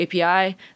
API